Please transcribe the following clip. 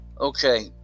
Okay